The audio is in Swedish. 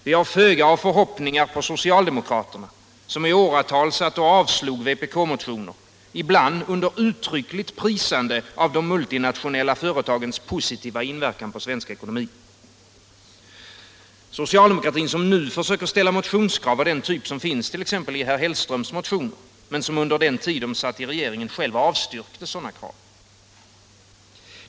Vi har föga av förhoppningar på socialdemokraterna, som i åratal avslog vpk-motioner, ibland under uttryckligt prisande av de multinationella företagens positiva inverkan på svensk ekonomi, som nu försöker ställa motionskrav av den typ som finns t.ex. i herr Hellströms motioner men som under den tid de satt i regeringen själva avstyrkte sådana krav.